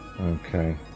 Okay